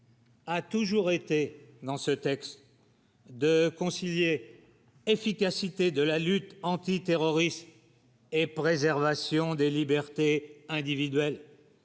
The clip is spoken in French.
A toujours été dans ce texte de concilier efficacité de la lutte antiterroriste et préservation des libertés individuelles